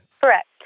Correct